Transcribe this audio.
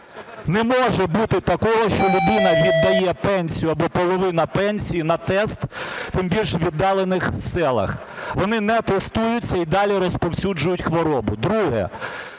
Не може бути такого, що людина віддає пенсію або половину пенсії на тест, тим більше у віддалених селах, вони не тестуються і далі розповсюджують хворобу.